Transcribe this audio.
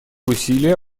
усилия